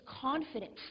confidence